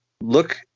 look